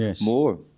more